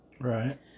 Right